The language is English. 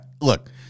look –